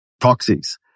proxies